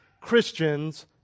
Christians